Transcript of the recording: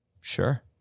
sure